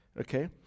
Okay